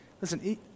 Listen